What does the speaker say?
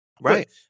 Right